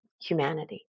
humanity